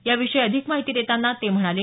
याविषयी अधिक माहिती देतांना ते म्हणाले